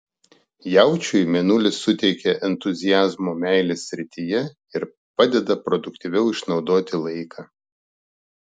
jaučiui mėnulis suteikia entuziazmo meilės srityje ir padeda produktyviau išnaudoti laiką